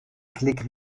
klick